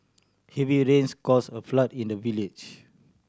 heavy rains caused a flood in the village